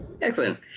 Excellent